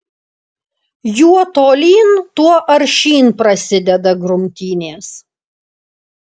juo tolyn tuo aršyn prasideda grumtynės